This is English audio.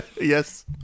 Yes